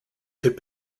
could